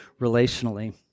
relationally